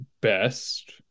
best